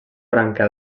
branca